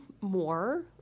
more